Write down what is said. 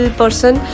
person